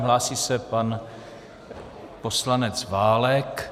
Hlásí se pan poslanec Válek.